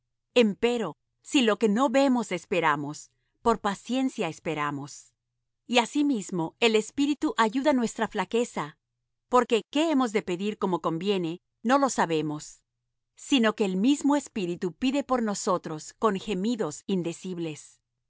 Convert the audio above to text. esperarlo empero si lo que no vemos esperamos por paciencia esperamos y asimismo también el espíritu ayuda nuestra flaqueza porque qué hemos de pedir como conviene no lo sabemos sino que el mismo espíritu pide por nosotros con gemidos indecibles